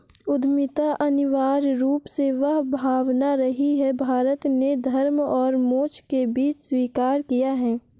उद्यमिता अनिवार्य रूप से वह भावना रही है, भारत ने धर्म और मोक्ष के बीच स्वीकार किया है